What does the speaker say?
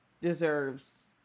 deserves